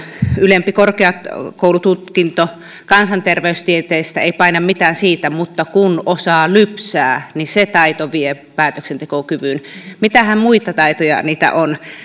ylempi korkeakoulututkinto kansanterveystieteestä ei paina mitään kun osaa lypsää se taito vie päätöksentekokyvyn mitähän muita taitoja niitä on